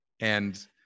And-